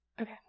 okay